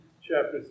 chapter